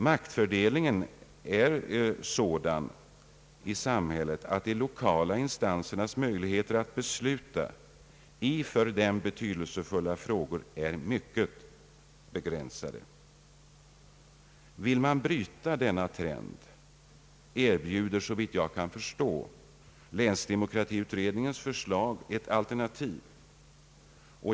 Maktfördelningen är sådan i samhället att de lokala instansernas möjligheter att besluta i för dem betydelsefulla frågor är mycket begränsade. Vill man bryta trenden erbjuder såvitt jag kan förstå länsdemokratiutredningens förslag ett alternativ.